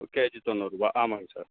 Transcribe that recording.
ஒரு கேஜி தொண்ணூறுபா ஆமாங்க சார்